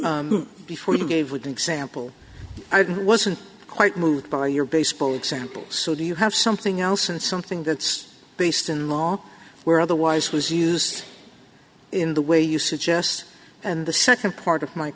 of before you gave with example i didn't wasn't quite moved by your baseball example so do you have something else and something that's based in law where otherwise was used in the way you suggest and the second part of my